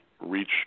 reach